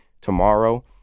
tomorrow